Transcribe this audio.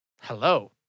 Hello